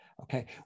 Okay